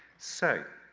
so,